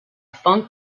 funk